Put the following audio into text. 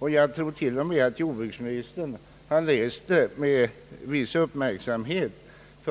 Jag tror till och med att jordbruksministern har läst det med en viss uppmärksamhet, ty